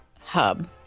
hub